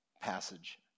passage